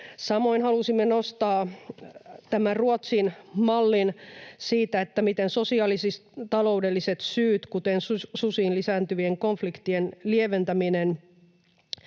Samoin halusimme nostaa tämän Ruotsin mallin siitä, miten sosiaalis-taloudelliset syyt, kuten susien lisääntyvien konfliktien lieventäminen,